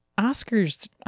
Oscar's